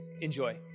Enjoy